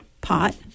pot